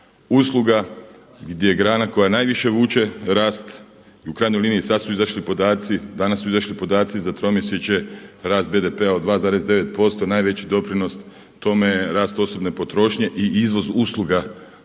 usluga gdje grana koja najviše vuče rast u krajnjoj liniji sad su izašli podaci, danas su izašli podaci za tromjesečje rast BDP-a od 2,9% najveći doprinos tome je rast osobne potrošnje i izvoz usluga a